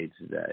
today